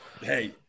Hey